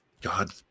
God